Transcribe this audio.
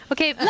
Okay